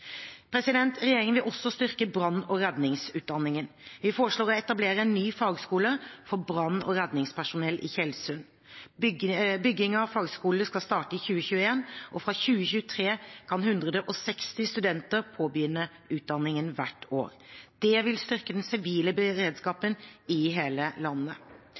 Regjeringen vil også styrke brann- og redningsutdanningen. Vi foreslår å etablere en ny fagskole for brann- og redningspersonell i Tjeldsund. Byggingen av fagskolen starter i 2021, og fra 2023 kan 160 studenter påbegynne utdanningen hvert år. Det vil styrke den sivile beredskapen i hele landet.